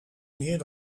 meer